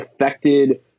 affected